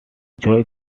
joe